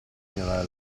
ignorare